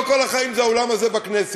לא כל החיים זה האולם הזה בכנסת.